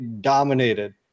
dominated